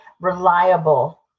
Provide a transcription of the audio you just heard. reliable